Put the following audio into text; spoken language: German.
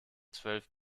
zwölf